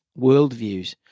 worldviews